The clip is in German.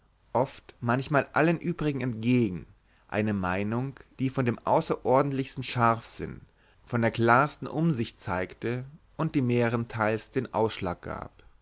oft manchmal allen übrigen entgegen eine meinung die von dem außerordentlichsten scharfsinn von der klarsten umsicht zeigte und die mehrenteils den ausschlag gab